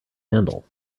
handle